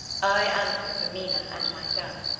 i answer for mina and myself,